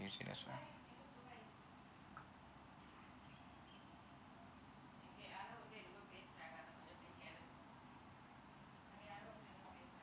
use it as well